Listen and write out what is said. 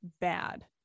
bad